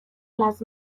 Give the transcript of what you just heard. las